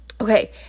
Okay